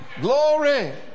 glory